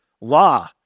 Law